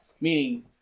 Meaning